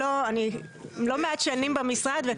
כי אני לא מעט שנים במשרד.